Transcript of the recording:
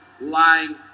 lying